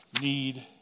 need